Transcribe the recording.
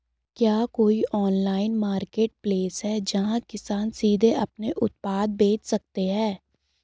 क्या कोई online marketplace है, जहां किसान सीधे अपने उत्पाद बेच सकते हैं?